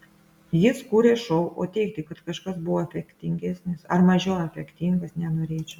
jis kūrė šou o teigti kad kažkas buvo efektingesnis ar mažiau efektingas nenorėčiau